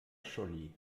scholli